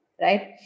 right